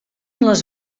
les